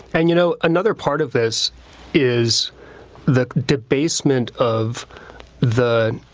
and you know another part of this is the debasement of the